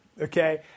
okay